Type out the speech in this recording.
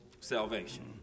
salvation